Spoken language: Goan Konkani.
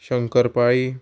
शंकर पाळी